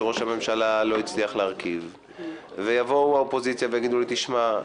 שראש הממשלה לא הצליח להרכיב ויבואו מהאופוזיציה ויגידו לי "תשמע,